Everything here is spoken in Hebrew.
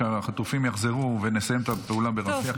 כשהחטופים יחזרו ונסיים את הפעולה ברפיח.